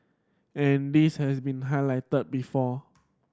and this has been highlighted before